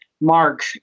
mark